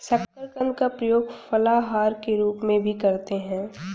शकरकंद का प्रयोग फलाहार के रूप में भी करते हैं